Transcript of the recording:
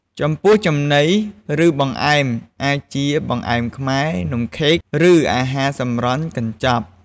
ចំពោះចំណី ឬ បង្អែមអាចជា បង្អែមខ្មែរ នំខេក ឬ អាហារសម្រន់កញ្ចប់។